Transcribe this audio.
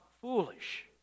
foolish